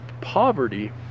poverty